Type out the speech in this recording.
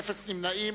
אין נמנעים.